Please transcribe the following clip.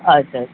ಆಯ್ತು ಆಯ್ತು